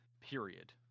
period